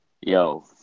Yo